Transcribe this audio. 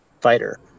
fighter